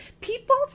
People